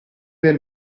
del